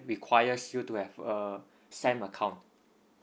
requires you to have a SAM account